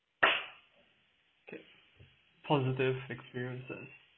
okay positive experiences